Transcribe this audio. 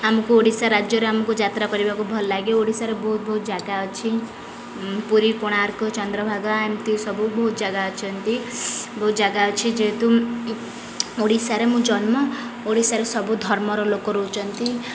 ଆମକୁ ଓଡ଼ିଶା ରାଜ୍ୟରେ ଆମକୁ ଯାତ୍ରା କରିବାକୁ ଭଲ ଲାଗେ ଓଡ଼ିଶାରେ ବହୁତ ବହୁତ ଜାଗା ଅଛି ପୁରୀ କୋଣାର୍କ ଚନ୍ଦ୍ରଭାଗା ଏମିତି ସବୁ ବହୁତ ଜାଗା ଅଛନ୍ତି ବହୁତ ଜାଗା ଅଛି ଯେହେତୁ ଓଡ଼ିଶାରେ ମୁଁ ଜନ୍ମ ଓଡ଼ିଶାରେ ସବୁ ଧର୍ମର ଲୋକ ରହୁଛନ୍ତି